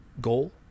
goal